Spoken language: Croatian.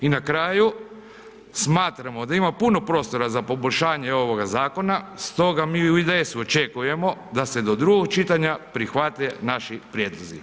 I na kraju, smatramo da ima puno prostora za poboljšanje ovoga zakona, stoga mi u IDS-u očekujemo da se do drugog čitanja prihvate naši prijedlozi.